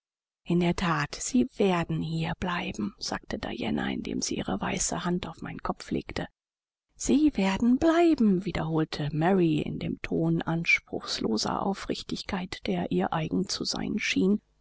in der that sie werden hier bleiben sagte diana indem sie ihre weiße hand auf meinen kopf legte sie werden bleiben wiederholte mary in dem ton anspruchsloser aufrichtigkeit der ihr eigen zu sein schien